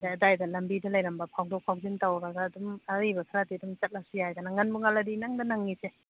ꯑꯗꯒꯤ ꯑꯗꯥꯏꯗ ꯂꯝꯕꯤꯗ ꯂꯩꯔꯝꯕ ꯐꯥꯎꯗꯣꯛ ꯐꯥꯎꯖꯤꯟ ꯇꯧꯔꯒ ꯑꯗꯨꯝ ꯑꯔꯩꯕ ꯈꯔꯁꯤ ꯑꯗꯨꯝ ꯆꯠꯂꯁꯨ ꯌꯥꯏꯗ ꯉꯟꯕꯨ ꯉꯜꯂꯗꯤ ꯏꯅꯪꯗ ꯅꯪꯏꯁꯦ